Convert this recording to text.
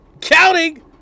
counting